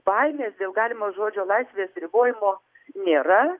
baimės dėl galimo žodžio laisvės ribojimo nėra